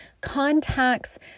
contacts